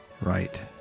Right